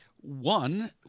One